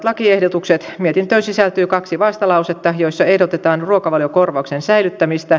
mietintöön sisältyy kaksi vastalausetta joissa ehdotetaan ruokavaliokorvauksen säilyttämistä